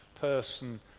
person